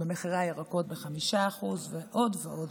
במחירי הירקות ב-5% ועוד.